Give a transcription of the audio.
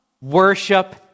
worship